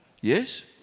Yes